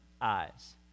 eyes